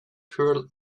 pure